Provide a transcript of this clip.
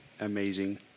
amazing